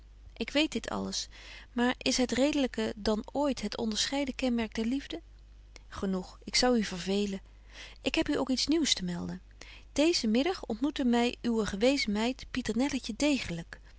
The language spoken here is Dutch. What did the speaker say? ik weet dit alles maar is het redelyke dan ooit het onderscheiden kenmerk der liefde genoeg ik zou u vervelen ik heb u ook iets nieuws te melden deezen middag ontmoette my uwe gewezen meid pieternelletje degelyk